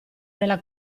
nella